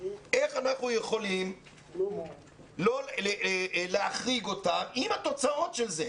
איך אנחנו יכולים להחריג אותם, עם התוצאות של זה.